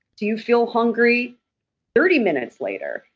do you feel hungry thirty minutes later?